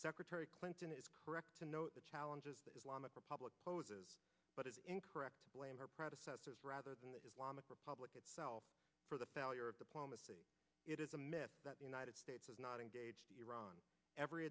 secretary clinton is correct to note the challenges the islamic republic poses but it is incorrect blame her predecessors rather than the islamic republic itself for the failure of diplomacy it is a myth that the united states does not engage iran every